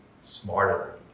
smarter